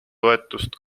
toetust